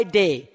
day